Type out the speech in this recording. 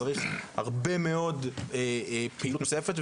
צריך הרבה מאוד פעילות נוספת,